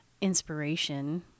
inspiration